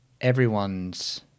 everyone's